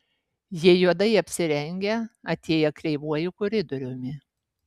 jie juodai apsirengę atėję kreivuoju koridoriumi